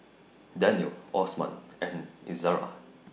Danial Osman and Izara